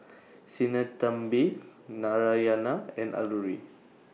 Sinnathamby Narayana and Alluri